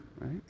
right